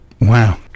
Wow